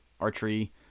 archery